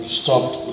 stopped